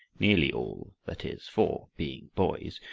nearly all, that is, for, being boys,